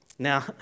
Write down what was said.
Now